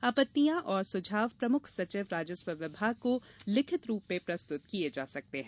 आपत्तियां और सुझाव प्रमुख सचिव राजस्व विभाग को लिखित रूप में प्रस्तुत किये जा सकते हैं